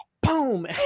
Boom